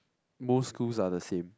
most schools are the same